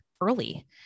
early